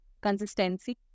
consistency